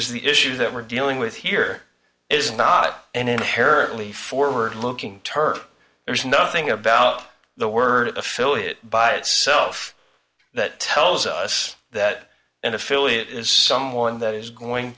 the issue that we're dealing with here is not an inherently forward looking turk there's nothing about the word affiliate by itself that tells us that an affiliate is someone that is going